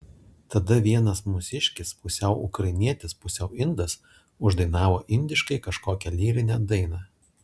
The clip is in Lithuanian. tada vienas mūsiškis pusiau ukrainietis pusiau indas uždainavo indiškai kažkokią lyrinę dainą